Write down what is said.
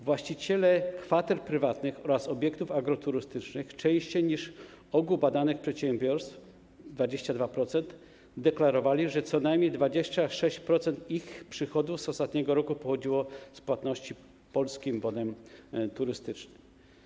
Właściciele kwater prywatnych oraz obiektów agroturystycznych częściej niż ogół badanych przedsiębiorstw, 22%, deklarowali, że co najmniej 26% ich przychodów z ostatniego roku pochodziło z płatności Polskim Bonem Turystycznym.